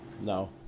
no